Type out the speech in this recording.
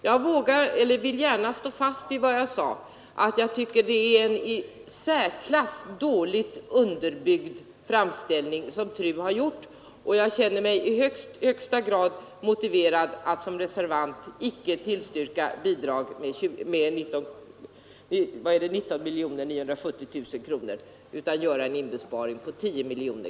Jag vill gärna stå fast vid vad jag sade: Jag tycker att det är en i särklass dåligt underbyggd framställning som TRU har gjort, och jag känner det i högsta grad motiverat att som reservant icke tillstyrka ett bidrag med 19 790 000 kronor utan göra en inbesparing på 10 miljoner.